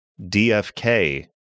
dfk